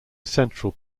central